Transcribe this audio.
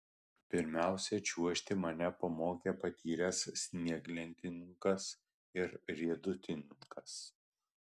pirmiausia čiuožti mane pamokė patyręs snieglentininkas ir riedutininkas